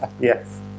Yes